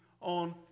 on